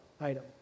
item